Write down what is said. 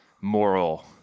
moral